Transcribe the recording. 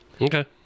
Okay